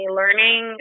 learning